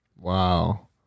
Wow